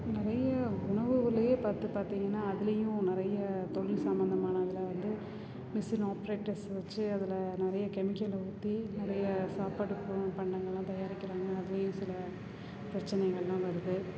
நிறைய உணவுக்குள்ளேயே பார்த்து பார்த்திங்கன்னா அதுலேயும் நிறைய தொழில் சம்மந்தமான அதலாம் வந்து மிஷின் ஆப்ரேட்டர்ஸ் வைச்சி அதில் நிறைய கெமிக்கலை ஊற்றி நிறைய சாப்பாட்டு தின்பண்டங்கள்லாம் தயாரிக்கிறாங்க அதுலேயும் சில பிரச்சனைகள்லாம் வருது